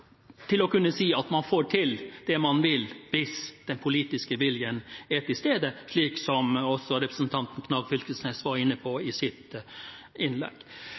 til å kunne si at man får til det man vil, hvis den politiske viljen er til stede, slik også representanten Knag Fylkesnes var inne på i sitt innlegg.